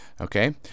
okay